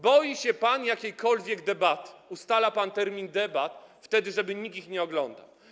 Boi się pan jakiejkolwiek debaty, ustala pan terminy debat tak, żeby nikt ich nie oglądał.